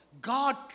God